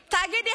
תגידי,